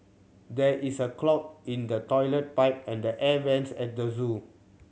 there is a clog in the toilet pipe and the air vents at the zoo